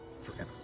Forever